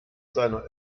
seiner